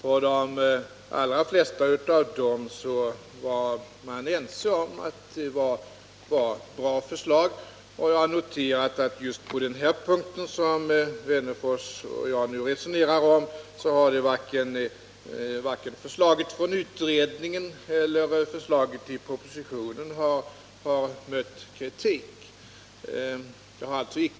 Man var ense om att de allra flesta av dem var bra förslag. Jag har också noterat att i fråga om just den punkt som Alf Wennerfors och jag nu resonerar om har varken förslaget från utredningen eller förslaget i propositionen mött kritik under beredningsarbetet.